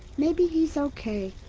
maybe he's okay.